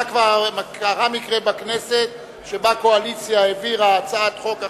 קרה מקרה בכנסת שבו קואליציה העבירה הצעת חוק אחת,